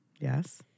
Yes